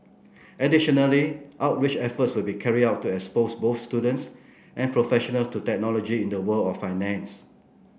additionally outreach efforts will be carried out to expose both students and professional to technology in the world of finance